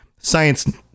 Science